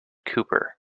cooper